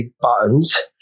buttons